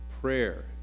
Prayer